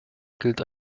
gilt